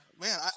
Man